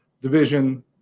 division